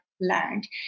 learned